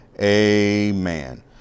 Amen